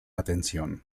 atención